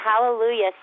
Hallelujah